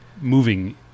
moving